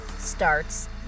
starts